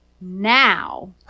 Now